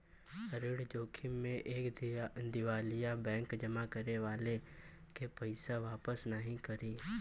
ऋण जोखिम में एक दिवालिया बैंक जमा करे वाले के पइसा वापस नाहीं करी